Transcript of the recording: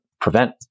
prevent